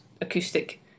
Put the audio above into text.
acoustic